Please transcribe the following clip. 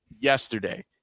yesterday